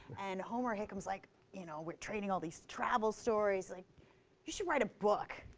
and homer hickam's like you know we're trading all these travel stories like you should write a book.